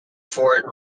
fort